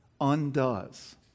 undoes